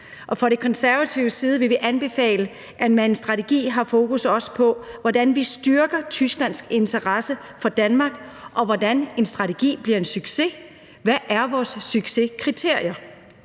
Fra Konservatives side vil vi anbefale, at man med en strategi også har fokus på, hvordan vi styrker Tysklands interesse for Danmark, og hvordan en strategi bliver en succes; hvad er vores succeskriterier?